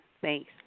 Thanks